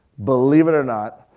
believe it or not,